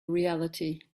reality